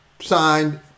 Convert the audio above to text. signed